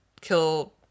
kill